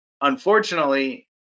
unfortunately